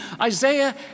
Isaiah